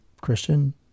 Christian